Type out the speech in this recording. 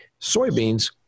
Soybeans